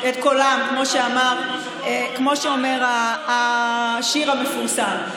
כמו שאומר השיר המפורסם.